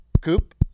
Coop